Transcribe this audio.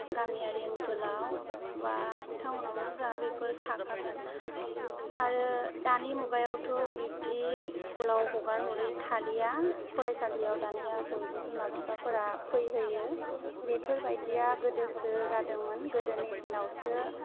गामियारि ओनसोलाव बा टाउनावनो जा बेफोरो थाखागोन आरो दानि मुगायावथ' बिब्दि स्कुलाव हगार हरै थालिया फरायसालियाव दानिया बयबो बिमा बिफाफोरा फैहोयो बेफोर बायदिया गोदोसो जादोंमोन गोदोनि दिनावसो